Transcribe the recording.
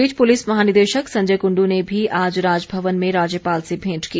इस बीच पुलिस महानिदेशक संजय कुंडू ने भी आज राजभवन में राज्यपाल से भेंट की